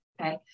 Okay